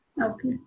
Okay